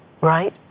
right